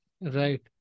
Right